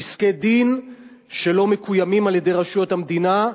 פסקי-דין שלא מקוימים על-ידי רשויות המדינה,